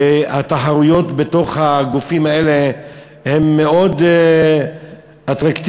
והתחרויות בתוך הגופים האלה הן מאוד אטרקטיביות,